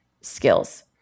skills